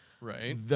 Right